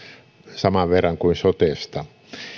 saman verran kuin sotesta